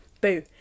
Boo